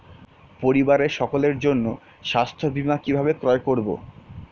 পরিবারের সকলের জন্য স্বাস্থ্য বীমা কিভাবে ক্রয় করব?